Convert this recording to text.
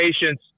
patience